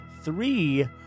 three